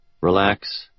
Relax